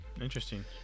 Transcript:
Interesting